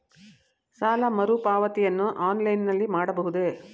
ಸಾಲ ಮರುಪಾವತಿಯನ್ನು ಆನ್ಲೈನ್ ನಲ್ಲಿ ಮಾಡಬಹುದೇ?